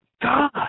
God